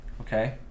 Okay